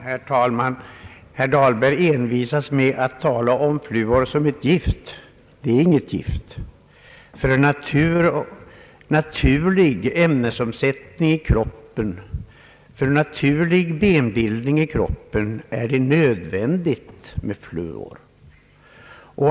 Herr talman! Herr Dahlberg envisas med att tala om fluor som ett gift. Det är inget gift i här ifrågakommande koncentration. För en naturlig ämnesomsättning, en naturlig kalkbildning i benen i kroppen är det fördelaktigt med fluor.